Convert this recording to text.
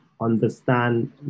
understand